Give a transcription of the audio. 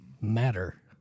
matter